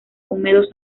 húmedos